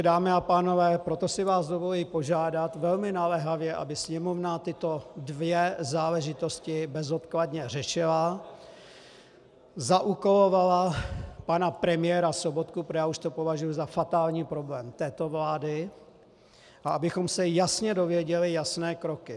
Dámy a pánové, proto si vás dovoluji požádat velmi naléhavě, aby Sněmovna tyto dvě záležitosti bezodkladně řešila, zaúkolovala pana premiéra Sobotku, protože já už to považuji za fatální problém této vlády, a abychom se jasně dozvěděli jasné kroky.